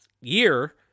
year